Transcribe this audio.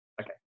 Okay